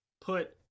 put